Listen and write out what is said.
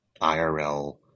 IRL